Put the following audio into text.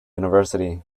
university